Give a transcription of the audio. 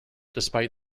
despite